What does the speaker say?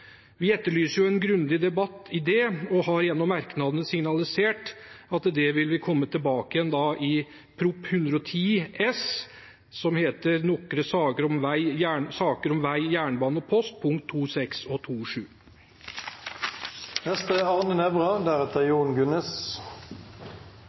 Vi etterlyser en grundig debatt om det og har gjennom merknadene signalisert at det vil vi komme tilbake til i Prop. 110 S for 2018–2019, som heter Nokre saker om veg, jernbane og post, punktene 2.6 og 2.7. SV synes også det er